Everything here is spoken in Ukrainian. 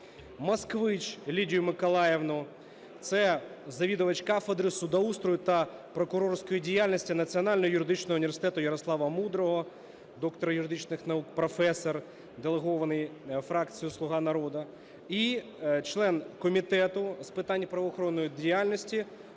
Москвич Лідію Миколаївну. Це завідувач кафедри судоустрою та прокурорської діяльності Національного юридичного університету Ярослава Мудрого, доктор юридичних наук, професор. Делегований фракцією "Слуга народу". І член Комітету з питань правоохоронної діяльності,